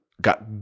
got